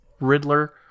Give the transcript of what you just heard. Riddler